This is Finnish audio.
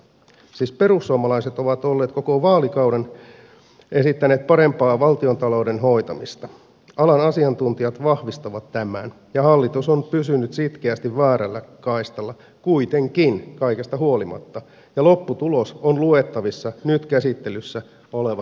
siis perussuomalaiset ovat koko vaalikauden esittäneet parempaa valtiontalouden hoitamista alan asiantuntijat vahvistavat tämän ja hallitus on pysynyt sitkeästi väärällä kaistalla kuitenkin kaikesta huolimatta ja lopputulos on luettavissa nyt käsittelyssä olevasta raportista